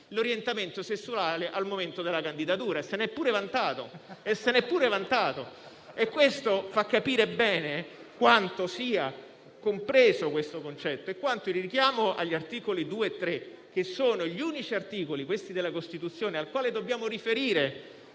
l'orientamento sessuale al momento della candidatura. Se ne è pure vantato: questo fa capire bene quanto sia compreso questo concetto e il richiamo agli articoli 2 e 3, che sono gli unici articoli della Costituzione al quale dobbiamo riferire